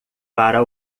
para